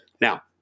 Now